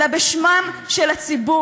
אלא בשם הציבור.